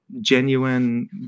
genuine